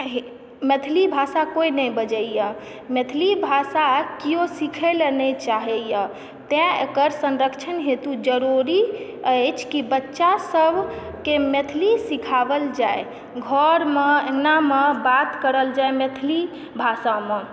मैथिली भाषा कोई नहि बजयए मैथिली भाषा केओ सिखयलऽ नहि चाहयए तैं एकर संरक्षण हेतु जरुरी अछि कि बच्चासभकेँ मैथिली सिखाओल जाय घरमे अङ्गनामे बात करल जाय मैथिली भाषामे